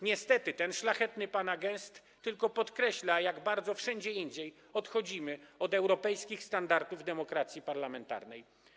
Niestety, ten pana szlachetny gest tylko podkreśla, jak bardzo wszędzie indziej odchodzimy od europejskich standardów demokracji parlamentarnej.